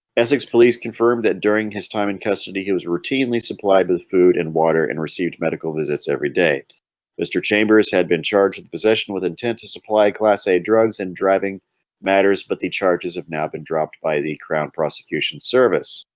essex police confirmed that during his time in custody. he was routinely supplied with food and water and received medical visits every day mr. chambers had been charged with possession with intent to supply class a drugs and driving matters but the charges have now been dropped by the crown prosecution service